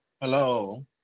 hello